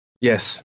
Yes